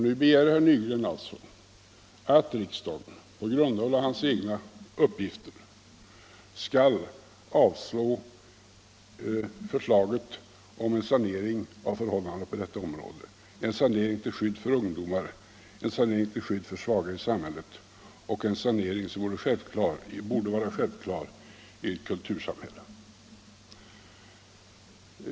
Nu begär herr Nygren alltså att riksdagen på grundval av hans egna uppgifter skall avslå förslaget om en sanering av förhållandena på detta område, till skydd för ungdomar och för svaga i samhället, en sanering som borde vara självklar i ett kultursamhälle.